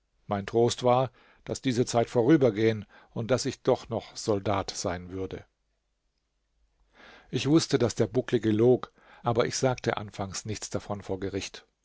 mein trost war daß diese zeit vorübergehen und daß ich doch noch soldat sein würde ich wußte daß der bucklige log aber ich sagte anfangs nichts davon vor gericht